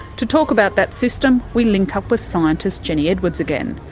to talk about that system we link up with scientist jenny edwards again.